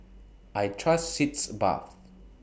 I Trust Sitz Bath